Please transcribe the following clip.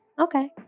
Okay